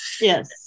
Yes